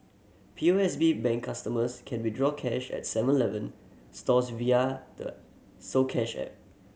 P O S B Bank customers can withdraw cash at Seven Eleven stores via the soCash app